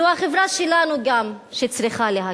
זו החברה שלנו גם שצריכה להגיב.